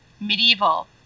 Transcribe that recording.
medieval